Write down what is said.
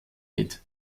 mit